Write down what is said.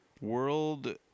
World